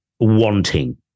wanting